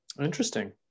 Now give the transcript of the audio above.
interesting